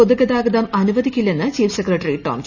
പൊതുഗതാഗതം അനുവദിക്കില്ലെന്ന് chief secretary Tom Jose